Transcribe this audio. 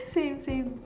same same